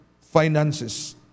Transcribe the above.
finances